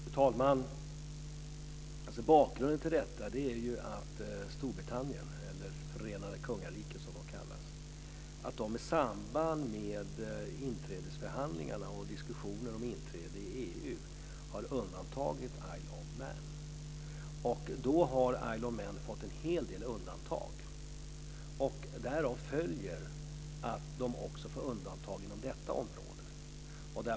Fru talman! Bakgrunden till detta är att Storbritannien - eller Förenade kungariket som man kallas - har undantagit Isle of Man. Genom detta har Isle of Man fått en hel del undantag. Därav följer att undantagen gäller även detta område.